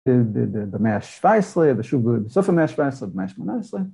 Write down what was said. ‫במאה השבע עשרה, בסוף המאה השבע עשרה, ‫במאה השמונה עשרה.